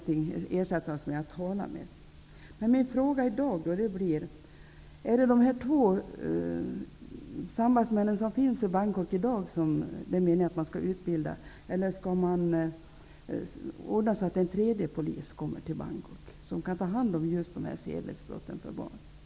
Min fråga i dag blir om det är meningen att man skall utbilda de två sambandsmän som finns i Bangkok i dag eller om man skall ordna så att en tredje polis som kan ta hand om just dessa sedlighetsbrott mot barn kommer till Bangkok.